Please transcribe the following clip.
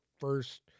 first